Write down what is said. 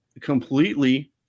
completely